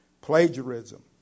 Plagiarism